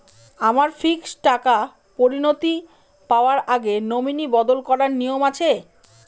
আমার ফিক্সড টাকা পরিনতি পাওয়ার আগে নমিনি বদল করার নিয়ম আছে?